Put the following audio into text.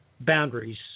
boundaries